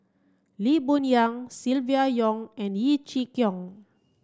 Lee Boon Yang Silvia Yong and Yeo Chee Kiong